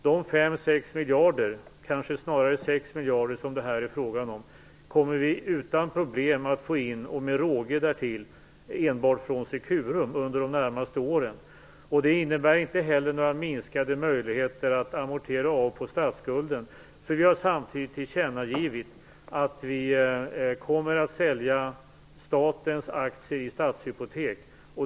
De 5-6 miljarder, kanske snarare 6 miljarder som det här är fråga om kommer vi utan problem att få in, och med råge därtill, enbart från Securum under de närmaste åren. Det innebär inte heller några minskade möjligheter att amortera av på statsskulden, därför att vi samtidigt har tillkännagivit att vi kommer att sälja statens aktier i Stadshypotek.